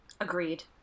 Agreed